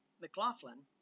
McLaughlin